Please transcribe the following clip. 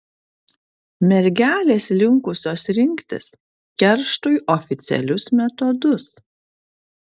mergelės linkusios rinktis kerštui oficialius metodus